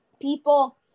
people